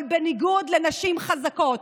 בניגוד לנשים חזקות,